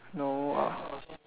no ah